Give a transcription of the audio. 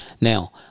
now